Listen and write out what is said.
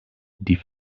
die